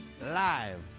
live